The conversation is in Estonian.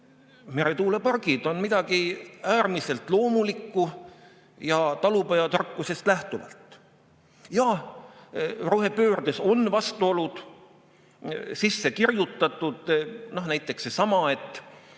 meretuulepargid on midagi äärmiselt loomulikku ja talupojatarkusest lähtuvat. Jaa, rohepöördesse on vastuolud sisse kirjutatud. Näiteks seesama, et